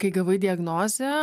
kai gavai diagnozę